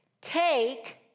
Take